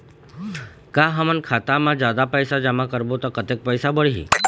का हमन खाता मा जादा पैसा जमा करबो ता कतेक पैसा बढ़ही?